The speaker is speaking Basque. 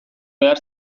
behar